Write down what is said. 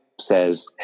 says